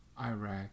Iraq